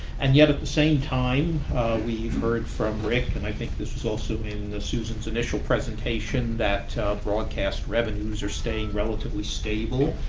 and yet at the same time we've heard from rick, and i think this was also in susan's initial presentation, that broadcast revenues are staying relatively stable.